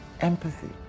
empathy